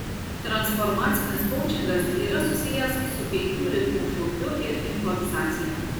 transformacinis koučingas yra susijęs su penkių ritmų šokiu ir improvizacija